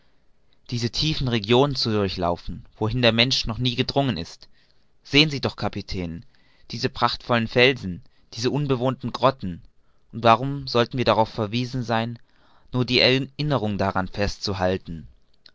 diese tiefen regionen zu durchlaufen wohin der mensch noch nie gedrungen ist sehen sie doch kapitän diese prachtvollen felsen diese unbewohnten grotten und warum sollen wir darauf verwiesen sein nur die erinnerung daran fest